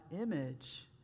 image